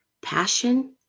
passion